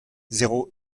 zéro